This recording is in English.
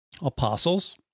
apostles